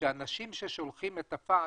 שאנשים ששולחים את הפקס,